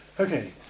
Okay